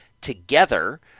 together